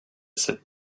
sit